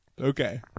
okay